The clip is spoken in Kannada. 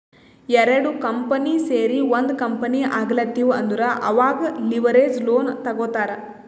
ಎರಡು ಕಂಪನಿ ಸೇರಿ ಒಂದ್ ಕಂಪನಿ ಆಗ್ಲತಿವ್ ಅಂದುರ್ ಅವಾಗ್ ಲಿವರೇಜ್ ಲೋನ್ ತಗೋತ್ತಾರ್